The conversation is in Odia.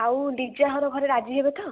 ଆଉ ଲିଜା ଘର ଘରେ ରାଜି ହେବେ ତ